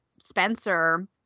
Spencer